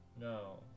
No